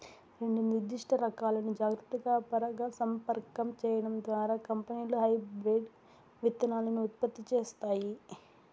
రెండు నిర్దిష్ట రకాలను జాగ్రత్తగా పరాగసంపర్కం చేయడం ద్వారా కంపెనీలు హైబ్రిడ్ విత్తనాలను ఉత్పత్తి చేస్తాయి